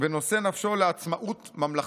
ונושא נפשו לעצמאות ממלכתית.